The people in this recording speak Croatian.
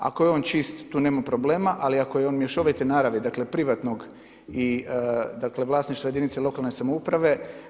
Ako je on čist tu nema problema, ali ako je on mješovite naravi, dakle privatnog i dakle vlasništva jedinica lokalne samouprave.